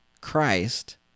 Christ